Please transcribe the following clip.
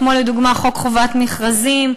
כמו לדוגמה חוק חובת המכרזים,